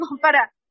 para